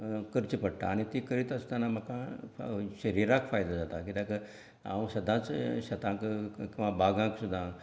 करची पडटा आनी ती करीत आसतना म्हाका शरिराक फायदो जाता कित्याक हांव सदांच शेतांत किंवां बागांत सुद्दां